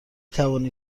توانی